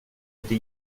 inte